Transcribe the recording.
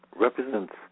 represents